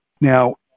Now